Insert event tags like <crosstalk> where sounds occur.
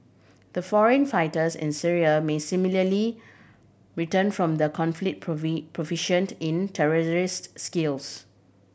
the foreign fighters in Syria may similarly return from the conflict <unintelligible> proficient in terrorist skills